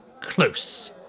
close